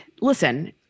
listen